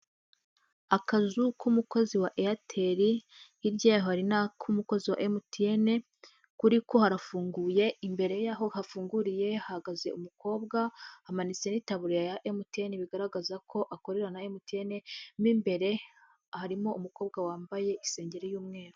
Akazu k'umukozi wa Airtel hirya yaho hari n'ak'umukozi wa MTN, kuri ko harafunguye, imbere y'aho hafunguriye hahagaze umukobwa, hamanitse n'itaburiya ya MTN, bigaragaza ko akorera na MTN mo imbere harimo umukobwa wambaye isengeri y'umweru.